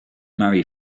marry